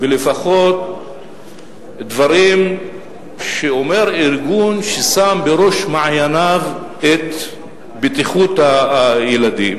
ולפחות דברים שאומר ארגון ששם בראש מעייניו את בטיחות הילדים,